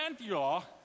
Antioch